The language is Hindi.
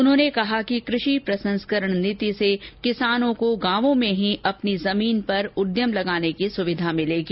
उन्होंने कहा कि कृषि प्रसंस्करण नीति से किसानों को गांवों में ही अपनी जमीन पर उद्यम लगाने की सुविधा मिलेगी